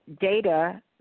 data